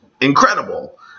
incredible